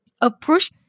approach